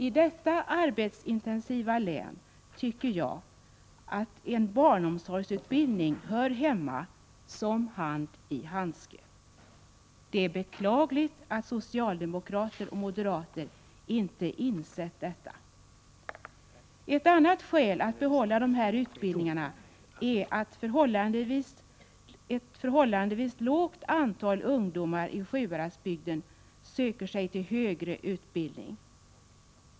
I detta arbetsintensiva län hör en barnsomsorgsutbildning hemma som hand i handske. Det är beklagligt att socialdemokrater och moderater inte har insett detta. Ett annat skäl att behålla de här utbildningarna är att ett förhållandevis litet antal ungdomar i Sjuhäradsbygden söker sig till högre utbildning.